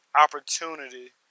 opportunity